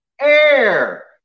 air